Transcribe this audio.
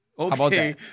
Okay